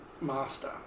master